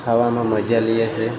ખાવામાં મજા લઈએ છીએ